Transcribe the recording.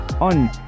on